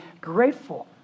grateful